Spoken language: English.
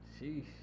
Sheesh